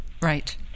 Right